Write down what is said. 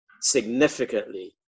significantly